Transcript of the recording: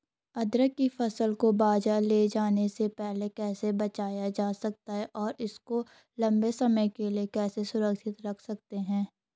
अदरक की फसल को बाज़ार ले जाने से पहले कैसे बचाया जा सकता है और इसको लंबे समय के लिए कैसे सुरक्षित रख सकते हैं?